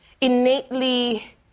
innately